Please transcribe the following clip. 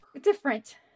different